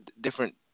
different